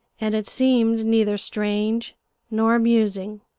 and it seemed neither strange nor amusing.